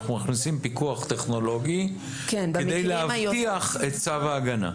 אנחנו מכניסים פיקוח טכנולוגי כדי להבטיח את צו ההגנה.